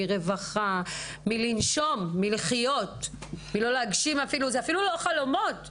רווחה מלחיות ולהגשים חלומות.